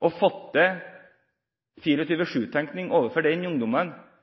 ha fått til 24/7-tenkning overfor ungdommen